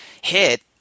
hit